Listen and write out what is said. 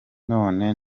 none